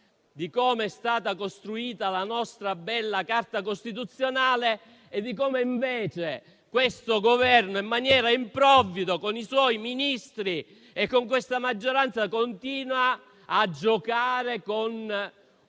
di come è stata costruita la nostra bella Carta costituzionale e di come, invece, questo Governo, in maniera improvvida, con i suoi Ministri e con questa maggioranza, continua a giocare con